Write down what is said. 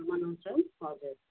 मनाउँछौँ हजुर